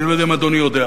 אני לא יודע אם אדוני יודע,